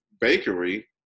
bakery